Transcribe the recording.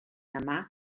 yma